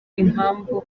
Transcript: impamvu